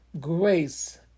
grace